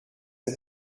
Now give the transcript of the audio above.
een